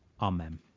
Amen